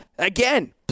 Again